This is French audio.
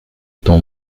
ton